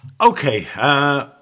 Okay